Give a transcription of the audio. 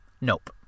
nope